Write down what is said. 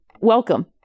welcome